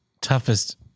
toughest